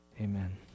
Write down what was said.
Amen